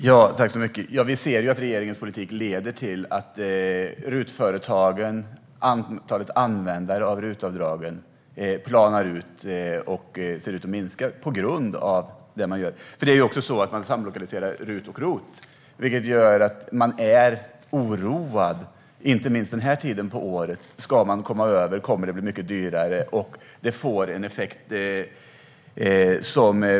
Herr talman! Vi ser att regeringens politik leder till att antalet RUT-företag och antalet användare av RUT-avdragen planar ut och ser ut att minska på grund av det regeringen gör. Det är också så att RUT och ROT samlokaliseras, vilket gör att man inte minst den här tiden på året oroar sig för om man ska komma över gränsen så att det blir mycket dyrare. Detta får en effekt.